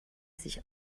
sich